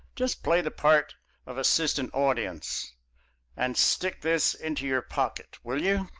just play the part of assistant audience and stick this into your pocket, will you?